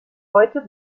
heute